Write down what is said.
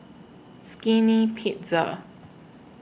Skinny Pizza